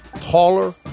taller